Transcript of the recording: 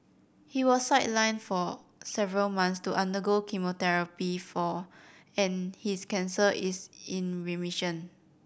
he was sidelined for several months to undergo chemotherapy for and his cancer is in remission